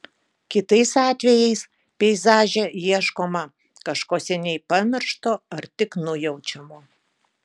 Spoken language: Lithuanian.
kitais atvejais peizaže ieškoma kažko seniai pamiršto ar tik nujaučiamo